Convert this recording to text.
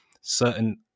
certain –